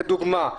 אמר כדוגמה.